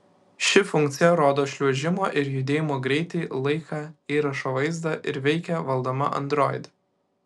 ši funkcija rodo šliuožimo ir judėjimo greitį laiką įrašo vaizdą ir veikia valdoma android